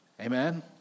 Amen